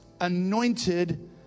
anointed